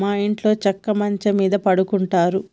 మా ఇంట్లో చెక్క మంచం మీద పడుకుంటారు